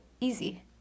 easy